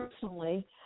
personally